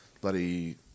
Bloody